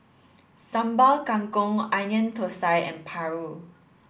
Sambal Kangkong onion Thosai and Paru